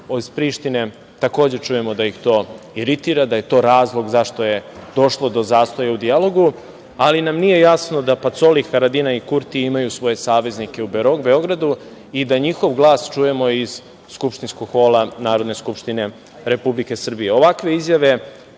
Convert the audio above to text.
Od Prištine takođe čujemo da ih to iritira, da je to razlog zašto je došlo do zastoja u dijalogu, ali nam nije jasno da Pacoli, Haradinija, Kurti imaju svoje saveznike u Beogradu i da njihov glas čujemo iz skupštinskog hola Narodne skupštine Republike Srbije, Ovakve izjave